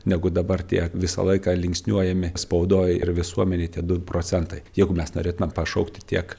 negu dabar tie visą laiką linksniuojami spaudoj ir visuomenėj tie du procentai jeigu mes norėtumėm pašaukti tiek